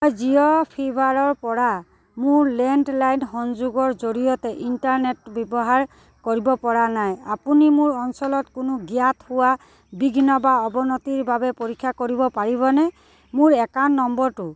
মই জিঅ' ফাইবাৰৰপৰা মোৰ লেণ্ডলাইন সংযোগৰ জৰিয়তে ইণ্টাৰনেট ব্যৱহাৰ কৰিবপৰা নাই আপুনি মোৰ অঞ্চলত কোনো জ্ঞাত সেৱা বিঘ্ন বা অৱনতিৰ বাবে পৰীক্ষা কৰিব পাৰিবনে মোৰ একাউণ্ট নম্বৰটো